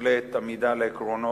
בהחלט עמידה על העקרונות,